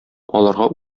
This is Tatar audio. аларга